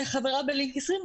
שחברה בלינק-20,